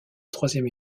troisième